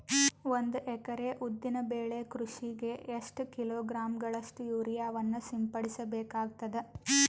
ಒಂದು ಎಕರೆ ಉದ್ದಿನ ಬೆಳೆ ಕೃಷಿಗೆ ಎಷ್ಟು ಕಿಲೋಗ್ರಾಂ ಗಳಷ್ಟು ಯೂರಿಯಾವನ್ನು ಸಿಂಪಡಸ ಬೇಕಾಗತದಾ?